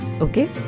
Okay